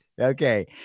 Okay